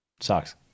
Sucks